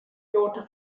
daughter